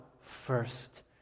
first